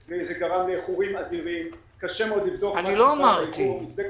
97% מהעמותות הנתמכות קיבלו אישור ניהול תקין